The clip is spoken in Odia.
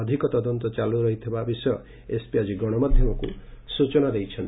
ଅଧିକ ତଦନ୍ତ ଚାଲ୍ ରହିଥିବା ବିଷୟ ଏସପି ଆଜି ଗଣମାଧ୍ଧମକୁ ସୂଚନା ଦେଇଛନ୍ତି